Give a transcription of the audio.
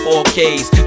4Ks